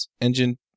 engine